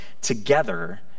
together